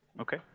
Okay